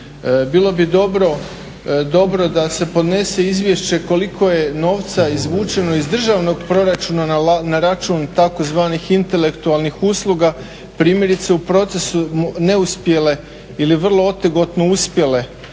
Bilo bi dobro da se podnese izvješće koliko je novca izvučeno iz državnog proračuna na račun tzv. intelektualnih usluga, primjerice u procesu neuspjele ili vrlo otegotno uspjele